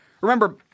remember